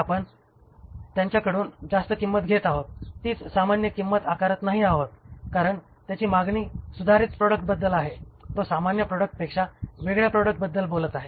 आपण त्यांचा कडून जास्त किंमत घेत आहोत तीच सामान्य किंमत आकारत नाही आहोत कारण त्याची मागणी सुधारित प्रॉडक्टबद्दल आहे तो सामान्य प्रॉडक्टपेक्षा वेगळ्या प्रोडक्ट बद्दल बोलत आहे